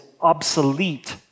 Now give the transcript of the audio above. obsolete